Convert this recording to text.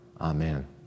Amen